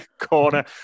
corner